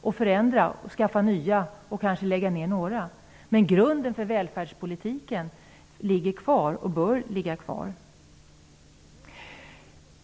Kanske är det också nödvändigt att förändra flottan och lägga ner några av skeppen, men grunden för välfärdspolitiken ligger kvar och bör ligga kvar.